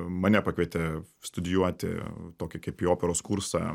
mane pakvietė studijuoti tokį kaip į operos kursą